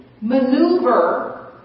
maneuver